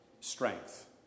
strength